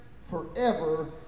forever